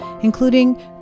including